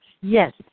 Yes